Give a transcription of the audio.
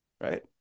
Right